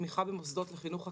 תמיכה במוסדות לחינוך חקלאי,